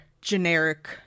generic